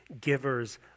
givers